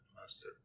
Master